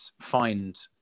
find